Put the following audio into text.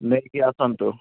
ନେଇକି ଆସନ୍ତୁ